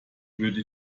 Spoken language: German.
würde